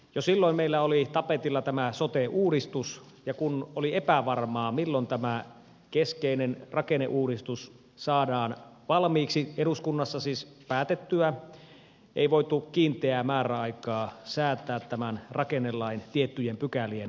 jo silloin meillä oli tapetilla sote uudistus ja kun oli epävarmaa milloin tämä keskeinen rakenneuudistus saadaan eduskunnassa valmiiksi päätettyä ei voitu kiinteää määräaikaa säätää rakennelain tiettyjen pykälien voimaantuloon